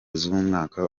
z’umwaka